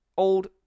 old